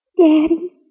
Daddy